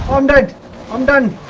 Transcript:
hundred and and